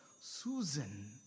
Susan